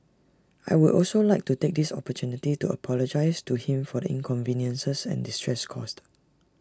I will also like to take this opportunity to apologise to him for the inconveniences and distress caused